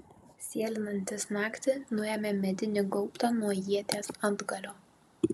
sėlinantis naktį nuėmė medinį gaubtą nuo ieties antgalio